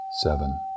seven